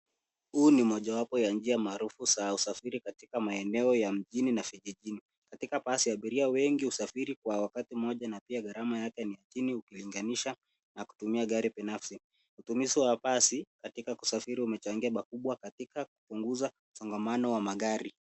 Huu ni mojawapo ya njia maarufu za usafiri katika maeneo ya mjini na vijijini. Katika basi abiria wengi husafiri kwa wakati moja na pia garama yake ni ya chini ukilinganisha na kutumia gari binafsi. Utumizi wa basi katika kusafiri umechangia pakubwa katika kupunguza msongamano wa magari.